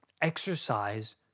Exercise